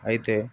అయితే